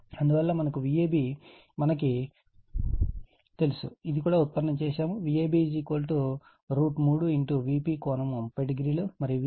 అందువల్ల మనకు Vab మనకు తెలుసు ఇది కూడా ఉత్పన్నం చేశాము Vab √ 3 Vp ∠ 30o మరియు VL √ 3 Vp